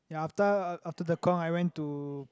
ya after uh after Tekong I went to